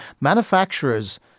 Manufacturers